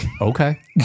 Okay